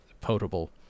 potable